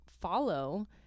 follow